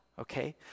Okay